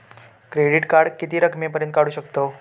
Credit card किती रकमेपर्यंत काढू शकतव?